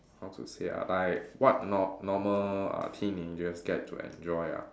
how to say ah like what nor~ normal uh teenagers get to enjoy ah